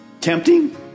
Tempting